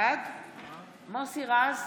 בעד מוסי רז,